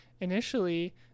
initially